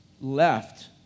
left